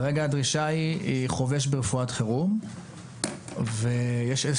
כרגע הדרישה היא לחובש ברפואת חירום ויש איזה